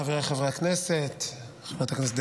של חברי הכנסת שמחה רוטמן,